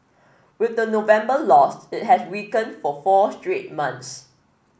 with the November loss it has weakened for four straight months